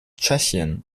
tschechien